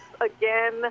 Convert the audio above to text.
again